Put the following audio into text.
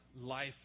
life